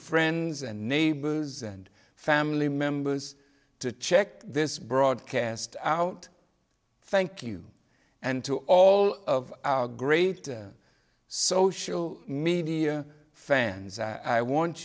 friends and neighbors and family members to check this broadcast out thank you and to all of our great social media fans and i want